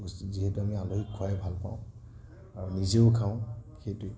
যিহেতু আমি আলহীক খুৱাই ভাল পাওঁ আৰু নিজেও খাওঁ সেইটোৱেই